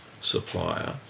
supplier